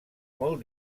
molt